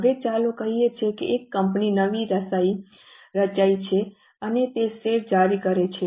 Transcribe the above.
હવે ચાલો કહીએ કે એક કંપની નવી રચાઈ છે અને તે શેર જારી કરે છે